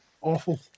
Awful